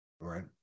Right